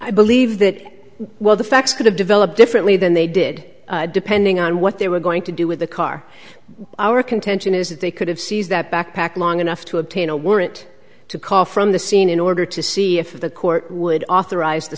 i believe that well the facts could have developed differently than they did depending on what they were going to do with the car our contention is that they could have seize that backpack long enough to obtain a were it to call from the scene in order to see if the court would authorize t